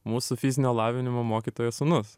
mūsų fizinio lavinimo mokytojo sūnus